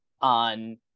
on